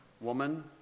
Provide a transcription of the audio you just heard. Woman